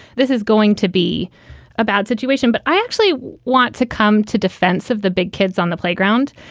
this is going to be a bad situation. but i actually want to come to defense of the big kids on the playground,